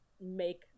make